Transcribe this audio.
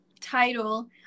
title